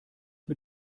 mit